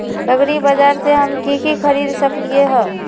एग्रीबाजार से हम की की खरीद सकलियै ह?